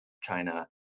China